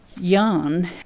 Yarn